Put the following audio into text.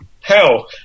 hell